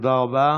תודה רבה.